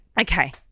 Okay